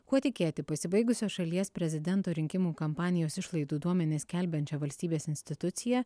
kuo tikėti pasibaigusio šalies prezidento rinkimų kampanijos išlaidų duomenis skelbiančia valstybės institucija